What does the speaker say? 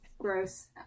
gross